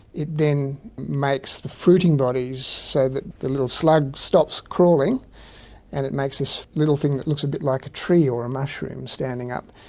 it then makes the fruiting bodies so that the little slug stops crawling and it makes this little thing that looks a bit like a tree or a mushroom standing up.